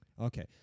Okay